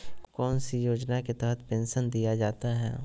कौन सी योजना के तहत पेंसन दिया जाता है?